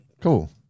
Cool